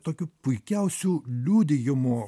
tokių puikiausių liudijimų